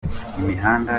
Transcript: imihanda